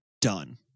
done